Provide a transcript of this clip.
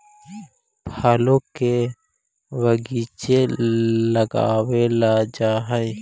फलों के बगीचे लगावल जा हई